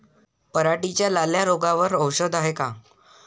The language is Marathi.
पराटीच्या लाल्या रोगावर औषध हाये का?